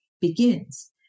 begins